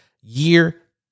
year